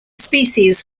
species